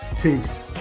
Peace